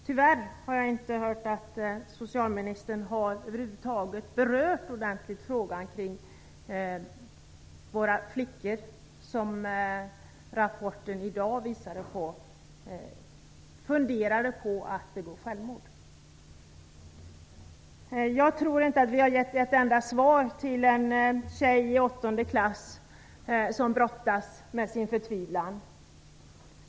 Tyvärr har statsrådet över huvud taget inte ordentligt berört frågan om de flickor som enligt dagens rapport funderar på att begå självmord. Jag tror inte att vi har givit ett enda svar till en tjej i åttonde klass som brottas med sin förtvivlan.